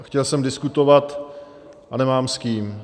Chtěl jsem diskutovat a nemám s kým.